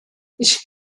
ich